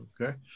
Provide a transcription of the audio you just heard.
Okay